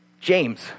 James